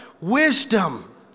Wisdom